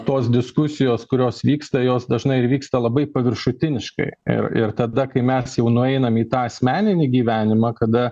tos diskusijos kurios vyksta jos dažnai ir vyksta labai paviršutiniškai ir ir tada kai mes jau nueinam į tą asmeninį gyvenimą kada